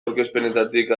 aurkezpenetatik